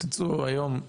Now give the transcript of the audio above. תצאו היום,